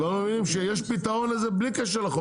אתם לא מבינים שיש פתרון לזה בלי קשר לחוק?